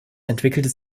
entwickelte